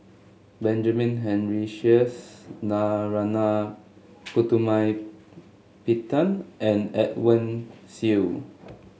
Benjamin Henry Sheares Narana Putumaippittan and Edwin Siew